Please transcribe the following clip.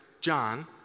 John